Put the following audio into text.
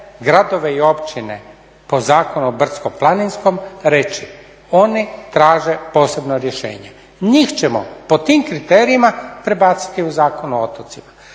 gradove i općine po Zakonu o brdsko-planinskom reći oni traže posebno rješenje. Njih ćemo po tim kriterijima prebaciti u Zakon o otocima.